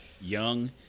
young